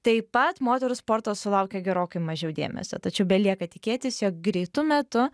taip pat moterų sportas sulaukia gerokai mažiau dėmesio tačiau belieka tikėtis jog greitu metu